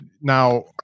Now